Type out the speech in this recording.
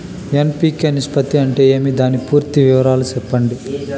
NPK నిష్పత్తి అంటే ఏమి దాని పూర్తి వివరాలు సెప్పండి?